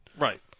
Right